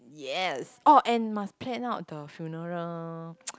yes orh and then must plan out the funeral